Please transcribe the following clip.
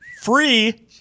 Free